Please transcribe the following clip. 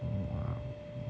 !wow!